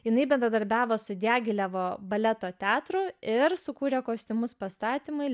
jinai bendradarbiavo su diagilevo baleto teatru ir sukūrė kostiumus pastatymui